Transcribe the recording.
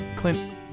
Clint